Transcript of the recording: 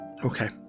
Okay